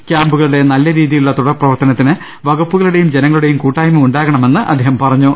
ക്യാമ്പുകളുടെ നല്ല രീതിയിലുള്ള തുടർ പ്രവർത്തനത്തിന് വകുപ്പുകളുടെയും ജനങ്ങളുടെയും കൂട്ടായ്മ ഉണ്ടാകണമെന്ന് അദ്ദേഹം പറഞ്ഞു